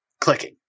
clicking